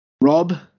Rob